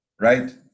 right